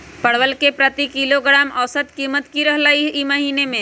परवल के प्रति किलोग्राम औसत कीमत की रहलई र ई महीने?